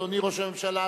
אדוני ראש הממשלה,